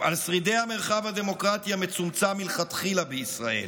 על שרידי המרחב הדמוקרטי המצומצם מלכתחילה בישראל.